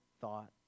thought